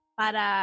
para